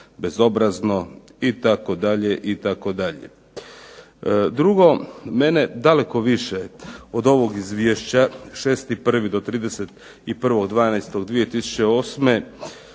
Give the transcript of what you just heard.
bezobrazno itd., itd. Drugo, mene daleko više od ovog izvješća 6.1 do 31.12.2008.